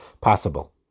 possible